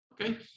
Okay